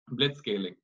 Blitzscaling